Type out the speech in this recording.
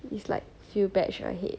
it's like few batch ahead